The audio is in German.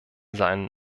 seinen